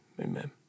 amen